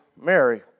Mary